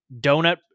donut